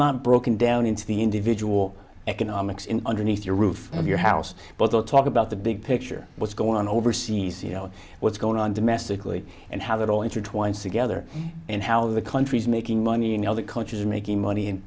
not broken down into the individual economics in underneath your roof of your house but they'll talk about the big picture what's going on overseas you know what's going on domestically and how that all intertwined together and how the countries making money and how the coach is making money